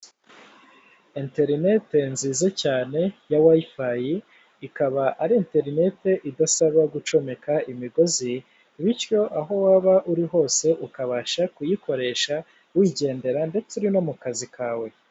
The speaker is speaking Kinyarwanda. Enterineti nziza cyane ya wayifayi ikaba ari interineti idasaba gucomeka imigozi, bityo aho waba uri hose ukabasha kuyikoresha wigendera ndetse no mu kazi kawe.